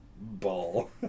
ball